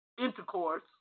intercourse